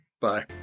Bye